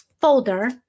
folder